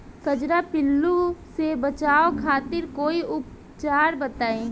कजरा पिल्लू से बचाव खातिर कोई उपचार बताई?